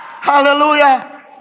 Hallelujah